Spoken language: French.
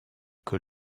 que